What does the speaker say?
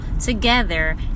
together